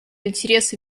интересы